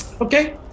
Okay